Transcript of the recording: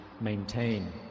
maintain